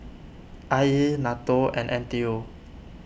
I E Nato and N T U